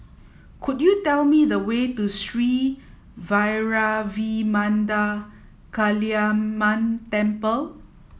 could you tell me the way to Sri Vairavimada Kaliamman Temple